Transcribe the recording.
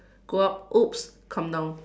go up oh come down